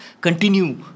continue